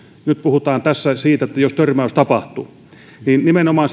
nyt puhutaan tässä siitä että jos törmäys tapahtuu ja nimenomaan